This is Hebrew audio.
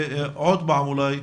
עוד פעם אולי,